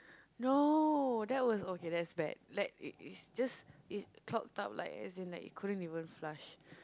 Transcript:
no that was okay that's bad like is it's just it's clogged out like as in like it couldn't even flush